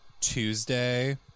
Tuesday